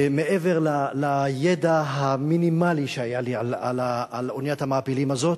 מעבר לידע המינימלי שהיה לי על אוניית המעפילים הזאת.